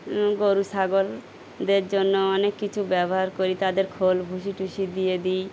গরু ছাগলদের জন্য অনেক কিছু ব্যবহার করি তাদের খোল ভুষি টুষি দিয়ে দিই